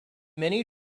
many